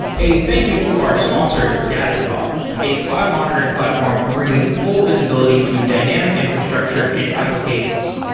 a thank you to our sponsor datadog, a cloud monitoring platform bringing full visibility to dynamic infrastructure and applications.